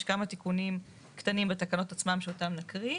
יש כמה תיקונים קטנים בתקנות עצמן שאותן נקריא.